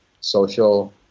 social